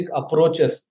approaches